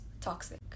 toxic